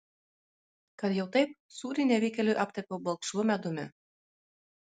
kad jau taip sūrį nevykėliui aptepiau balkšvu medumi